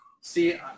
See